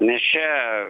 nes čia